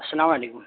اسلام علیکم